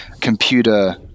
computer